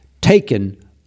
taken